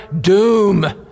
doom